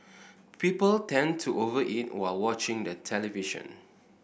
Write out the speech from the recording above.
people tend to over eat while watching the television